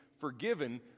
forgiven